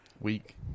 week